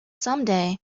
someday